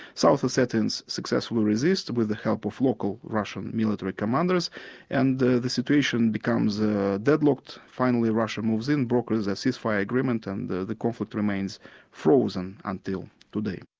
south ossetians successfully resist with the help of local russian military commanders and the the situation becomes deadlocked. finally russia moves in, brokers a cease-fire agreement and the the conflict remains frozen until today.